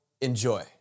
Enjoy